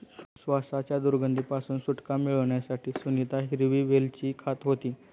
श्वासाच्या दुर्गंधी पासून सुटका मिळवण्यासाठी सुनीता हिरवी वेलची खात होती